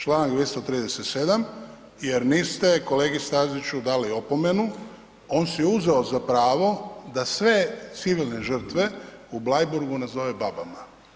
Čl. 237. jer niste kolegi Staziću dali opomenu, on si je uzeo za pravo da sve civilne žrtve u Bleiburgu nazove babama.